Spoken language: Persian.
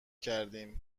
کردیم